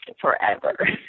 forever